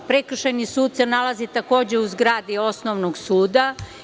Prekšajni sud se nalazi takođe u zgradi Osnovnog suda.